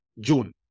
June